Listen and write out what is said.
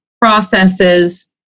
processes